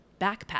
backpack